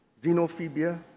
xenophobia